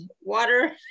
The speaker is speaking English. water